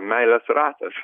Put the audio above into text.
meilės ratas